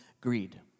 greed